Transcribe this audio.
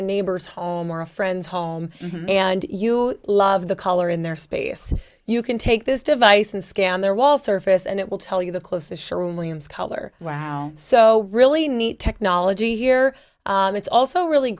a neighbor's home or a friend's home and you love the color in their space you can take this device and scan their wall surface and it will tell you the close the showroom liam's color wow so really neat technology here it's also really